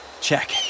Check